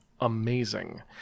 amazing